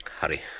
Hurry